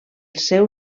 seu